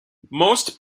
most